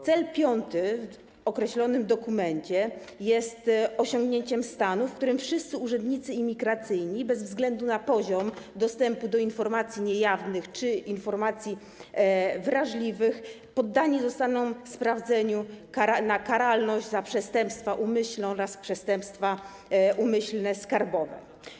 Cel piąty w określonym dokumencie dotyczy osiągnięcia stanu, w którym wszyscy urzędnicy imigracyjni, bez względu na poziom dostępu do informacji niejawnych czy informacji wrażliwych, poddani zostaną sprawdzeniu pod kątem karalności za przestępstwa umyślne oraz przestępstwa umyślne skarbowe.